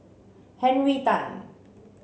Henry Tan